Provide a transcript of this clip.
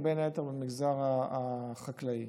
ובין היתר במגזר החקלאי,